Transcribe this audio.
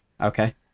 Okay